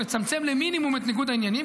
או לצמצם למינימום את ניגוד העניינים,